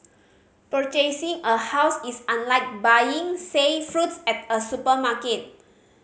purchasing a house is unlike buying say fruits at a supermarket